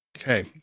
Okay